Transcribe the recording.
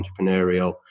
entrepreneurial